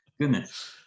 Goodness